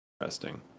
interesting